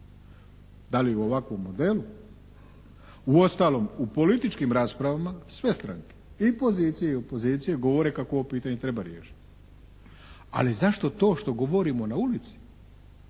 da li u ovakvome modelu. Uostalom u političkim raspravama sve stranke, i pozicija i opozicija govore kako ovo pitanje treba riješiti. Ali zašto to što govorimo na ulici,